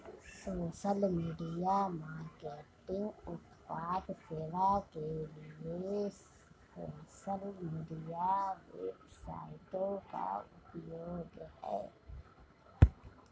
social media marketing उत्पाद सेवा के लिए सोशल मीडिया वेबसाइटों का उपयोग है